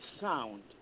sound